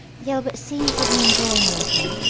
gilbert seems to be enjoying redmond,